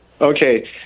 Okay